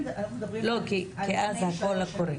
לא היה תקציב באותן שנים.